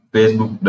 Facebook